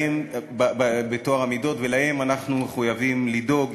בטוהר המידות, ולהם אנחנו מחויבים לדאוג.